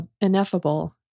ineffable